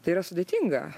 tai yra sudėtinga